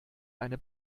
eine